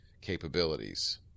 capabilities